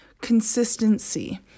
consistency